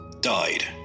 died